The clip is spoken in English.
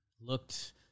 looked